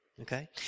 Okay